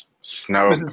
Snow